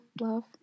love